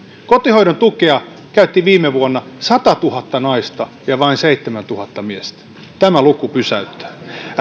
kotihoidon tukea käytti viime vuonna satatuhatta naista ja vain seitsemäntuhatta miestä tämä luku pysäyttää